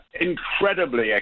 incredibly